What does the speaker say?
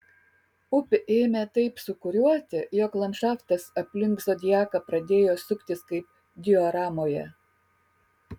upė ėmė taip sūkuriuoti jog landšaftas aplink zodiaką pradėjo suktis kaip dioramoje